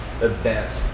event